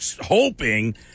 hoping